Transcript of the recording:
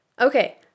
Okay